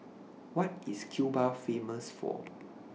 What IS Cuba Famous For